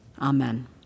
Amen